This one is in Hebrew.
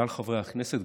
כלל חברי הכנסת,